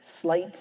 Slight